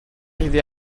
arrivé